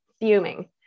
fuming